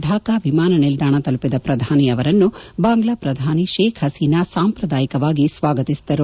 ಢಾಕಾ ವಿಮಾನ ನಿಲ್ದಾಣ ತಲುಪಿದ ಪ್ರಧಾನಿ ಅವರನ್ನು ಬಾಂಗ್ಲಾ ಪ್ರಧಾನಿ ಶೇಕ್ ಪಸೀನಾ ಸಾಂಪ್ರದಾಯಿಕವಾಗಿ ಸ್ವಾಗತಿಸಿದರು